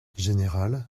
général